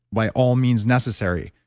by all means necessary,